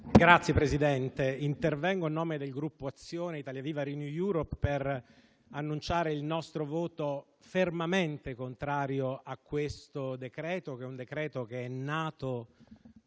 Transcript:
Signor Presidente, intervengo a nome del Gruppo Azione-Italia Viva-RenewEurope per annunciare il nostro voto fermamente contrario a questo decreto-legge, che è nato